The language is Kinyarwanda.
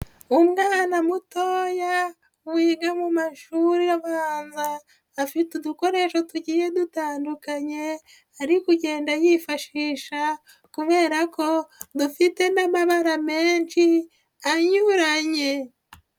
Umwana mutoya, wiga mu mashuri abanza, afite udukoresho tugiye dutandukanye, ari kugenda yifashisha kubera ko dufite n'amabara menshi anyuranye.